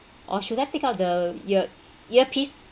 or should I take out the ear earpiece